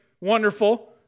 wonderful